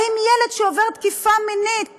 האם ילד שעבר תקיפה מינית